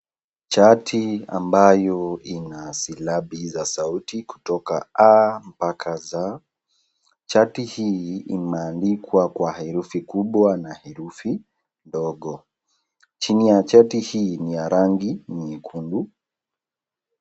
Shati ambayo ina silabi za sauti kutoka a-z, shati hii imeandikwa kwa herufi kubwa na herufi ndogo. Chini ya shati hii ni ya rangi nyekundu...